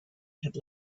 had